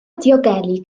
diogelu